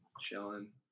chilling